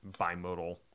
bimodal